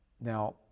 Now